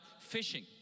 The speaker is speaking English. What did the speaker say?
fishing